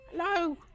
Hello